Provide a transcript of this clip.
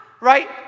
right